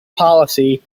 policy